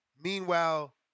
Meanwhile